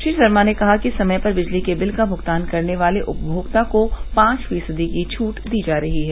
श्री शर्मा ने कहा कि समय पर बिजली के बिल का भुगतान करने वाले उपभोक्ता को पांच फीसदी की छूट दी जा रही है